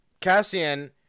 Cassian